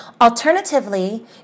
Alternatively